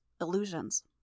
illusions